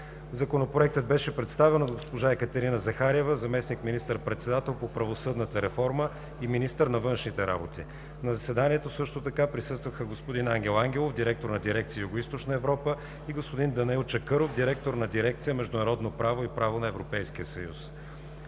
Законопроектът беше представен от госпожа Екатерина Захариева, заместник министър-председател по правосъдната реформа и министър на външните работи. На заседанието също така присъстваха господин Ангел Ангелов – директор на дирекция „Югоизточна Европа“, и господин Данаил Чакъров – директор на дирекция „Международно право и право на Европейския съюз“.